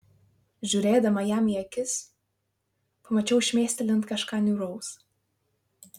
žiūrėdama jam į akis pamačiau šmėstelint kažką niūraus